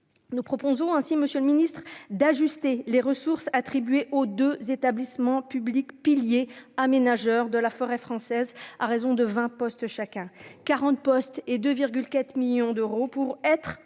nous proposons ainsi, Monsieur le Ministre, d'ajuster les ressources attribuées aux 2 établissements publics pilier aménageur de la forêt française, à raison de 20 postes chacun 40 postes et de 4 millions d'euros pour être